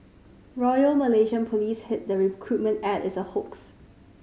Royal Malaysian Police said the recruitment ad is a hoax